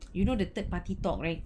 you know the third party talk right